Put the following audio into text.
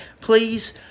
please